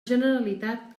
generalitat